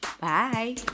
Bye